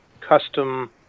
custom